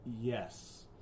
Yes